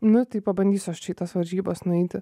nu tai pabandysiu aš čia į tas varžybas nueiti